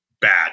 bad